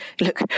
look